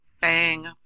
bang